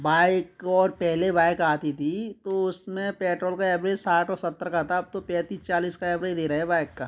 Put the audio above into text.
bike और पहले bike आती थी तो उसमें पेट्रोल का एवरेज साठ और सत्तर का था अब तो पैंतीस चालीस का एवरेज दे रहे हैं बाइक का